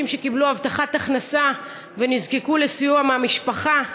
שקיבלו הבטחת הכנסה ונזקקו לסיוע מהמשפחה,